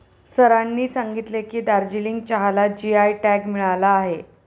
सरांनी सांगितले की, दार्जिलिंग चहाला जी.आय टॅग मिळाला आहे